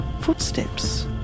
footsteps